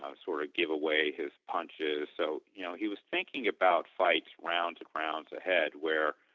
ah sort of give away his punches so you know he was thinking about fights rounds and rounds ahead where